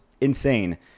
insane